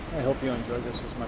hope you enjoy this